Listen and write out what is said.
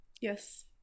Yes